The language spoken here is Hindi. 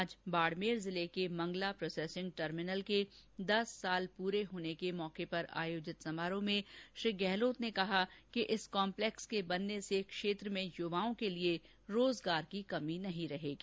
आज बाड़मेर जिले के मंगला प्रोसेसिंग टर्मिनल के दस साल पूरे होने के मौके पर आयोजित समारोह में श्री गहलोत ने कहा कि इस कॉम्पलेक्स के बनने से क्षेत्र में युवाओं के लिए रोजगार की कमी नहीं रहेगी